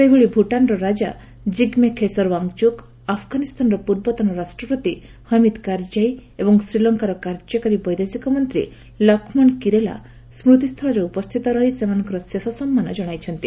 ସେହିଭଳି ଭୂଟାନର ରାଜା ଜିଗ୍ମେ ଖେସର ୱାଙ୍ଗଚୁକ ଆଫଗାନିସ୍ଥାନର ପୂର୍ବତନ ରାଷ୍ଟ୍ରପତି ହମିଦ୍ କାରଜାଇ ଏବଂ ଶ୍ରୀଲଙ୍କାର କାର୍ଯ୍ୟକାରୀ ବୈଦେଶିକ ମନ୍ତ୍ରୀ ଲକ୍ଷ୍କଣ କିରେଲା ସ୍କୃତିସ୍ଥଳରେ ଉପସ୍ଥିତ ରହି ସେମାନଙ୍କର ଶେଷ ସମ୍ମାନ ଜଣାଇଛନ୍ତି